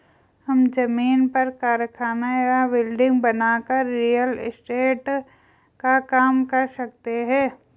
हम जमीन पर कारखाना या बिल्डिंग बनाकर रियल एस्टेट का काम कर सकते है